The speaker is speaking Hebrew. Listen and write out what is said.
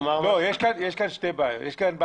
פה בעיה אחת,